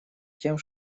тем